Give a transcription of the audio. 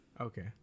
Okay